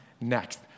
next